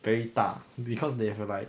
very 大 because they have like